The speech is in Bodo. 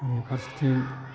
फारसेथिं